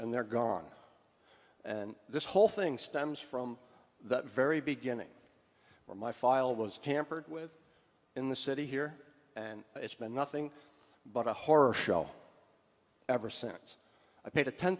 and they're gone and this whole thing stems from the very beginning my file was tampered with in the city here and it's been nothing but a horror show ever since i paid a ten